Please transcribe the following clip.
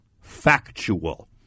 factual